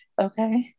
Okay